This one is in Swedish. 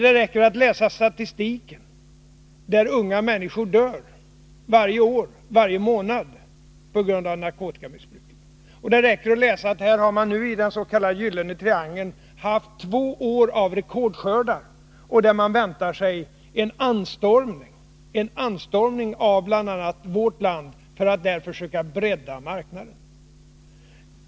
Det räcker att läsa statistiken: unga människor dör varje år, varje månad, på grund av narkotikamissbruk. Det räcker att läsa att man i den s.k. Gyllene triangeln har haft två år med rekordskördar och att det väntas en anstormning av bl.a. vårt land, för att försöka bredda marknaden.